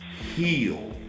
heal